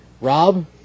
Rob